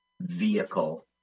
vehicle